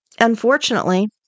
unfortunately